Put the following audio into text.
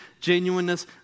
genuineness